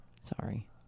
Sorry